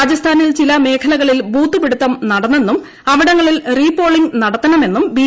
രാജസ്ഥാനിൽ ചില മേഖലകളിൽ ബൂത്ത് പിടിത്തം നടന്നെന്നും അവിടങ്ങളിൽ റീപോളിംഗ് നടത്തണമെന്നും ബി